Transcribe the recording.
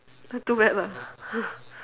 then too bad lah